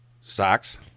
Socks